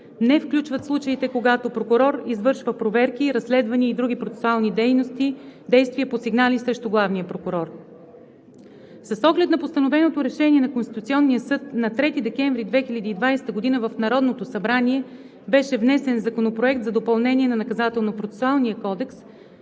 не включват случаите, когато прокурор извършва проверки, разследвания и други процесуални действия по сигнали срещу главния прокурор. С оглед на поставеното решение на Конституционния съд на 3 декември 2020 г. в Народното събрание беше внесен Законопроект за допълнение на